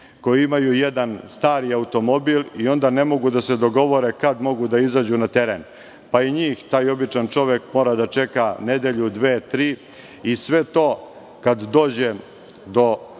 koji imaju jedan stari automobil i onda ne mogu da se dogovore kada mogu da izađu na teren, pa i njih taj običan čovek mora da čeka nedelju, dve, tri i sve to kada dođe do